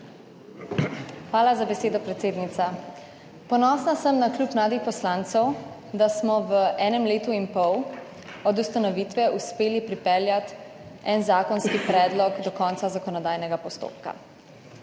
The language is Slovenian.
Hvala za besedo, predsednica. Ponosna sem na Klub mladih poslancev, da smo v enem letu in pol od ustanovitve uspeli pripeljati en zakonski predlog do konca zakonodajnega postopka.